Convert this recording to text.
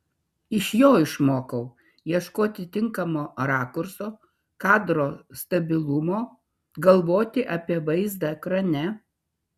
iš jo išmokau ieškoti tinkamo rakurso kadro stabilumo galvoti apie vaizdą ekrane